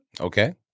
Okay